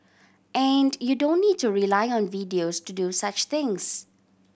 and you don't need to rely on videos to do such things